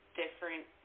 different